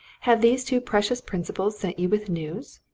have these two precious principals sent you with news?